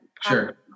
Sure